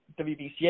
WBCA